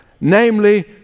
namely